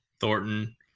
Thornton